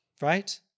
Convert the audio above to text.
right